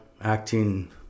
acting